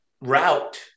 route